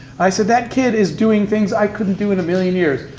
i said, that kid is doing things i couldn't do in a million years.